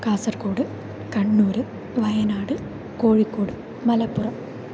Kasaragod Kannur Wayanad Kozhikode Malappuram